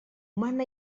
mana